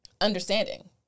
understanding